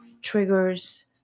triggers